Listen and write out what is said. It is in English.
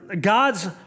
God's